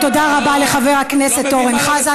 חבר הכנסת חזן.